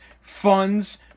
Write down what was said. funds